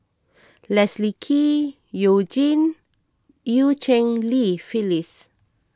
Leslie Kee You Jin and Eu Cheng Li Phyllis